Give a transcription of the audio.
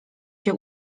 się